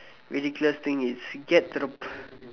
ridiculous thing is get to the